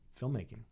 filmmaking